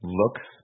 looks